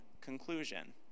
conclusion